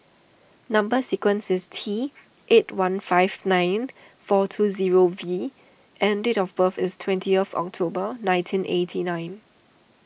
Number Sequence is T eight one five nine four two zero V and date of birth is twentieth of October nineteen eighty nine